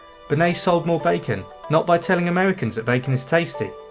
bernays sold more bacon, not by telling americans that bacon is tasty,